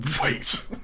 Wait